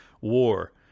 war